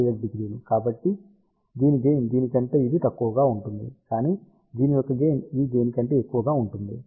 కాబట్టి దీని గెయిన్ దీని కంటే ఇది తక్కువగా ఉంటుంది కానీ దీని యొక్క గెయిన్ ఈ గెయిన్ కంటే ఎక్కువగా ఉంటుంది